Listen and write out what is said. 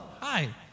hi